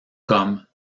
comme